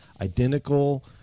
identical